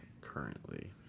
currently